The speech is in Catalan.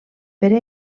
per